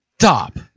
Stop